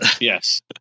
yes